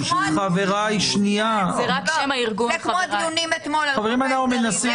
זה כמו הדיונים אתמול על חוק ההסדרים.